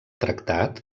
tractat